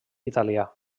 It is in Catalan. italià